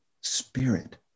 Spirit